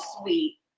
sweet